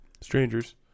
strangers